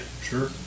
sure